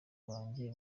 banjye